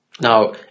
Now